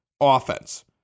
offense